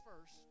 first